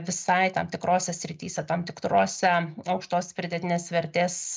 visai tam tikrose srityse tam tikrose aukštos pridėtinės vertės